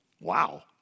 Wow